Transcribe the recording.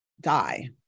die